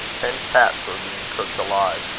ten cats were being cooked alive.